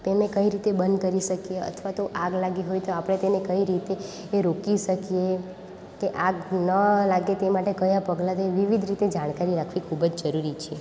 તેને કઈ રીતે બંધ કરી શકીએ અથવા તો આગ લાગી હોય તો આપણે તેને કઈ રીતે રોકી શકીએ તે આગ ન લાગે તે માટે કયા પગલાં તે વિવિધ જાણકારી રાખવી ખૂબ જ જરૂરી છે